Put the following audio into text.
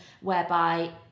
whereby